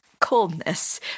coldness